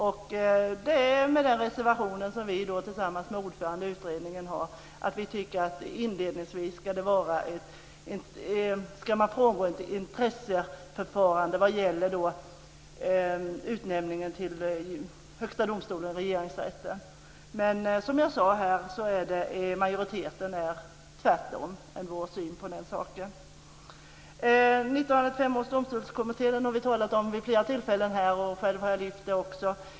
Det är den reservation som vi tillsammans med ordföranden i utredningen har. Vi tycker att man inledningsvis ska frångå intresseförfarandet vad gäller utnämningen till Högsta domstolen och Regeringsrätten. Som jag sade tycker majoriteten tvärtom. 1995 års domstolskommitté har vi talat om vid flera tillfällen här. Själv har jag också lyft fram frågan.